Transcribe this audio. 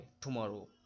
tomorrow